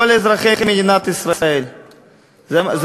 כל אזרחי מדינת ישראל עושים.